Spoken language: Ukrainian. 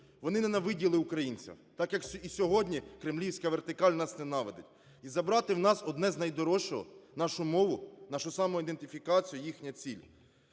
Вони ненавиділи українців, так, як і сьогодні кремлівська вертикаль нас ненавидить, і забрати в нас одне з найдорожчого – нашу мову, нашу самоідентифікацію – їхня ціль.